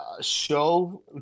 show